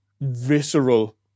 visceral